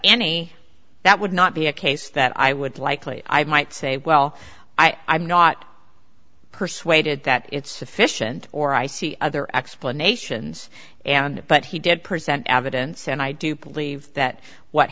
any that would not be a case that i would likely i might say well i'm not persuaded that it's sufficient or i see other explanations and but he did present evidence and i do believe that what